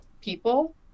people